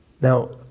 Now